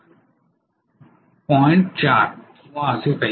4 किंवा असे काहीतरी